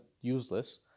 useless